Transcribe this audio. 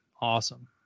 Awesome